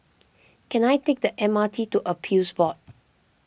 can I take the M R T to Appeals Board